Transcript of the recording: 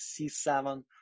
c7